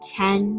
ten